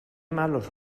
malos